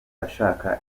ashaka